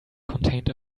contained